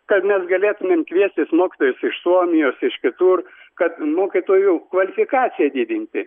kad mes galėtumėm kviestis mokytojus iš suomijos iš kitur kad mokytojų kvalifikaciją didinti